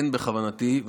אין בכוונתי,